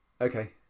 Okay